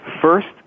first